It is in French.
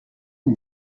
une